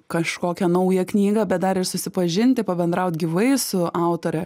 kažkokią naują knygą bet dar ir susipažinti pabendraut gyvai su autore